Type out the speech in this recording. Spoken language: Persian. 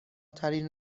ترین